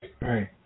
Right